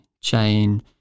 chain